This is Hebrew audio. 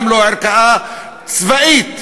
גם לא ערכאה צבאית,